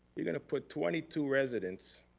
you're gonna put twenty two residents,